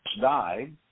died